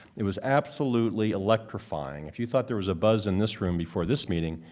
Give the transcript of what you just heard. it was absolutely electrifying. if you thought there was a buzz in this room before this meeting,